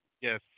Yes